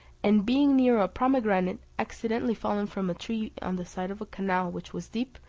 and being near a pomegranate accidentally fallen from a tree on the side of a canal which was deep,